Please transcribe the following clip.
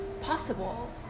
possible